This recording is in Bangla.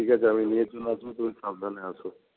ঠিক আছে আমি জন্য তুমি সাবধানে আসো